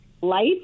life